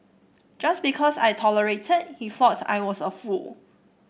just because I tolerated he thought I was a fool